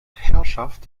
herrschaft